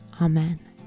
Amen